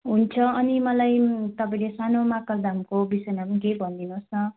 हुन्छ अनि मलाई तपाईँले सानो महाकाल धामको विषयमा पनि केही भनिदिनुहोस् न